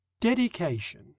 Dedication